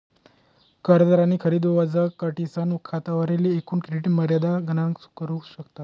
कर्जदारनी खरेदी वजा करीसन खातावरली एकूण क्रेडिट मर्यादा गणना करू शकतस